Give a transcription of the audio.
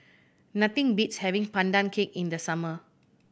nothing beats having Pandan Cake in the summer